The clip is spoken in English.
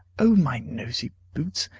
o my noisy boots!